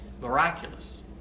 miraculous